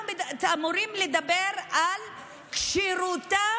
אנחנו אמורים לדבר על כשירותם